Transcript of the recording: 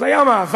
אז היה מעבר,